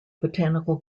botanical